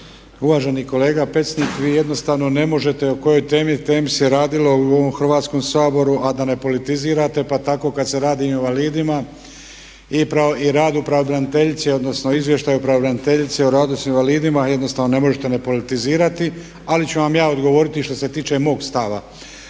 Uvaženi kolega Pecnik vi jednostavno ne možete o kojoj temi se radilo u ovom Hrvatskom saboru a da ne politizirate pa tako kad se radi i o invalidima i radu pravobraniteljice odnosno izvještaju pravobraniteljice o radu s invalidima. Jednostavno ne možete ne politizirati ali ću vam ja odgovoriti što se tiče mog stava.